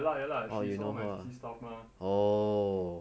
ya lah ya lah she's one of my C_C staff mah